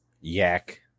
Yak